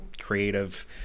creative